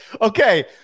Okay